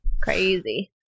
crazy